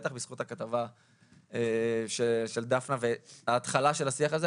בטח בזכות הכתבה של דפנה וההתחלה של השיח הזה,